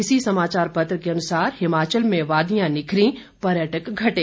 इसी समाचार पत्र के अनुसार हिमाचल में वादियां निखरीं पर्यटक घटे